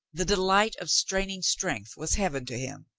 the de light of straining strength was heaven to him.